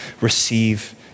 receive